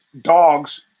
Dogs